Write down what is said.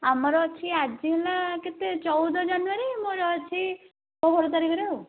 ଆମର ଅଛି ଆଜି ହେଲା କେତେ ଚଉଦ ଜାନୁଆରୀ ମୋର ଅଛି ଷୋହଳ ତାରିଖରେ ଆଉ